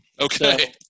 Okay